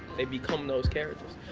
they become those characters.